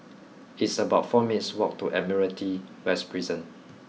it's about four minutes' walk to Admiralty West Prison